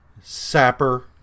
Sapper